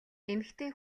эмэгтэй